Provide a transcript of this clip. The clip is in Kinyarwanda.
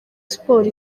sports